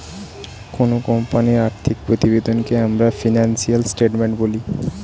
কোনো কোম্পানির আর্থিক প্রতিবেদনকে আমরা ফিনান্সিয়াল স্টেটমেন্ট বলি